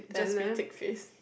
just be thick face